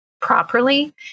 properly